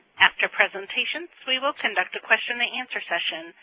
after presentations, we will conduct a question-and-answer session.